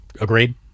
agreed